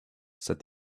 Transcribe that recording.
said